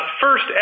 First